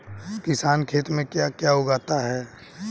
किसान खेत में क्या क्या उगाता है?